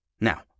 Now